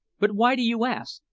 but why do you ask?